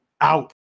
Out